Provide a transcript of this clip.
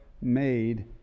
made